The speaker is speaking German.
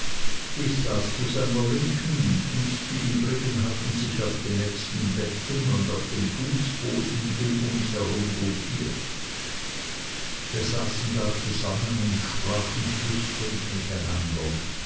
ich saß zu seiner linken und die übrigen hatten sich auf die nächsten betten und auf dem fußboden um uns herum gruppiert wir saßen da zusammen und sprachen flüsternd miteinander